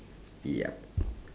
yup